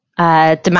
Demand